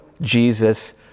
Jesus